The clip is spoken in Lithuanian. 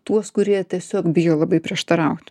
tuos kurie tiesiog bijo labai prieštaraut